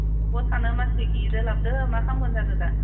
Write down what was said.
न'आवबो थानो मानसि गैयैदो जाबदो मा खालामगोन जादो दा